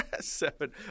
seven